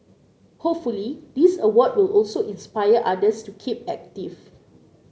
hopefully this award will also inspire others to keep active